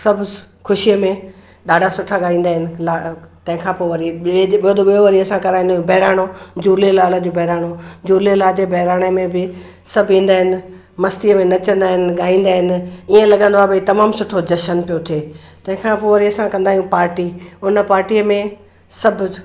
सब ख़ुशीअ में ॾाढा सुठा ॻाईंदा आहिनि लाॾा तंहिंखा पोइ वरी ॿिए दे ॿियो त वरी असां कराईंदा आहियूं बहिराणो झूलेलाल जो बहिराणो झूलेलाल जे बहिराणे में बि सभु ईंदा आहिनि मस्तीअ में नचंदा आहिनि ॻाइंदा आहिनि इहे लॻंदो आहे भई तमाम सुठो जशन पियो थे तंहिंखां पोइ वरी असां कंदा आहियूं पाटी उन पाटीअ में सभु